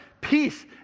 peace